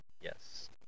Yes